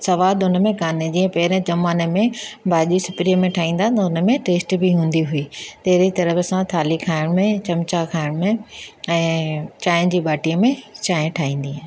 सवादु उन में कान्हे जीअं पहिरियें ज़माने में भाॼी सिपरीअ में ठाहींदा न उन में टेस्ट बि हूंदी हुई तेरी तरह थाली खाइण में चमिचा खाइण में ऐं चांहि जी बाटीअ में चांहि ठाहींदी